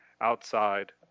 outside